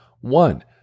One